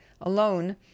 alone